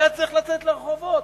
היה צריך לצאת לרחובות.